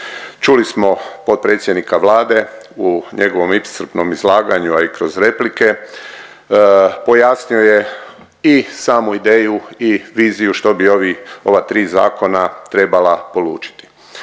Čuli smo potpredsjednika Vlade u njegovom iscrpnom izlaganju, a i kroz replike pojasnio je i samu ideju i viziju što bi ova tri zakona trebala polučiti.